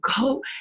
go